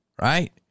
right